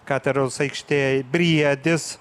katedros aikštėj briedis